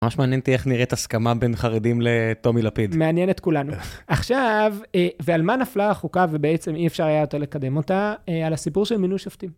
ממש מעניין אותי איך נראית הסכמה בין חרדים לטומי לפיד. מעניינת כולנו. עכשיו, ועל מה נפלה החוקה, ובעצם אי אפשר היה יותר לקדם אותה, על הסיפור של מינוי שפטים.